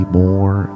more